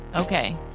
okay